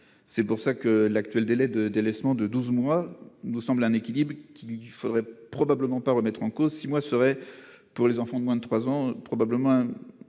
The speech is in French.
c'est pour ça que l'actuel délai de délaissement de 12 mois nous semble un équilibre qu'il faudrait probablement pas remettre en cause 6 mois serait pour les enfants de moins de 3 ans, probablement avec